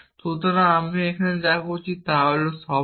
সুতরাং আমরা এখানে যা কিছু করছি তা শব্দ